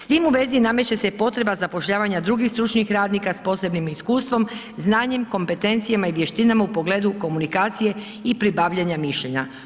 S tim u vezi nameće se potreba zapošljavanja drugih stručnih radnika s posebnim iskustvom, znanjem, kompetencijama i vještinama u pogledu komunikacije i pribavljanja mišljenja.